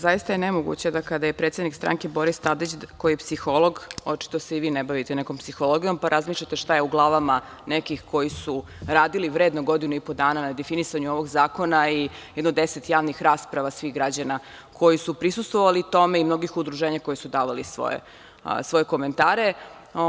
Zaista je nemoguće kada je predsednik stranke Boris Tadić psiholog da se i vi ne bavite nekom psihologijom, pa razmišljate šta je u glavama nekih koji su radili vredno godinu i po dana na definisanju ovog zakona i jedno 10 javnih rasprava svih građana koji su prisustvovali tome i mnogih udruženja koja su davali svoje komentare.